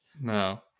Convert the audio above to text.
No